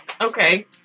Okay